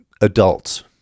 adults